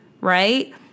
right